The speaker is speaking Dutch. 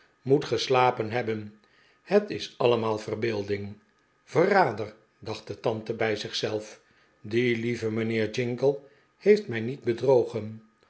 moet geslapen hebben het is allemaal verbeelding verrader dacht de tante by zich zelf die lieve mijnheer jingle heeft mij niet bedrogen